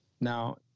Now